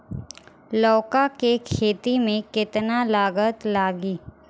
लौका के खेती में केतना लागत लागी?